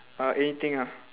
uh anything ah